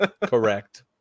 Correct